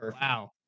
Wow